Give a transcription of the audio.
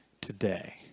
today